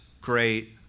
great